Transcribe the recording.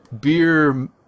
beer